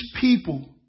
people